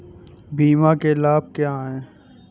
बीमा के लाभ क्या हैं?